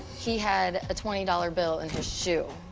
he had a twenty dollars bill in his shoe,